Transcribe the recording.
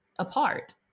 apart